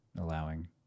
allowing